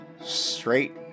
straight